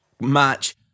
match